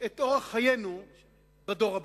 את אורח חיינו בדור הבא.